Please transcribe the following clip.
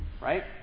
right